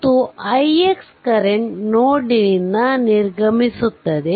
ಮತ್ತು ix current node ನಿಂದ ನಿರ್ಗಮಿಸುತ್ತದೆ